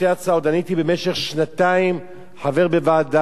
אני הייתי במשך שנתיים חבר בוועדת-טל.